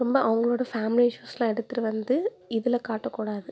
ரொம்ப அவங்களோட ஃபேமிலி இஸ்யூஸெலாம் எடுத்துகிட்டு வந்து இதில் காட்டக்கூடாது